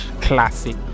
classic